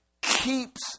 keeps